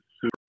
super